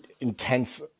intense